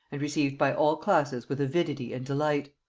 and received by all classes with avidity and delight.